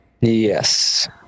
Yes